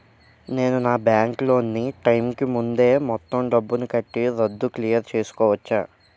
నేను నా bank loan నీ టైం కీ ముందే మొత్తం డబ్బుని కట్టి రద్దు క్లియర్ చేసుకోవచ్చా?